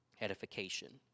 edification